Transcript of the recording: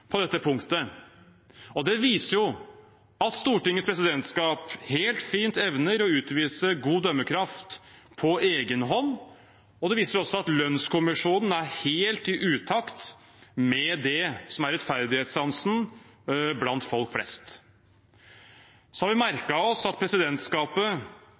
på dette punktet. Det viser at Stortingets presidentskap helt fint evner å utvise god dømmekraft på egen hånd. Det viser også at lønnskommisjonen er helt i utakt med det som er rettferdighetssansen blant folk flest. Vi har